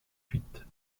huit